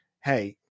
hey